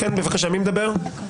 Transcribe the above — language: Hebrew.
כן בבקשה מי מדבר?